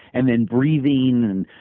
and then breathing, and